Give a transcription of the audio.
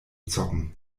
zocken